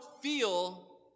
feel